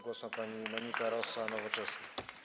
Głos ma pani Monika Rosa, Nowoczesna.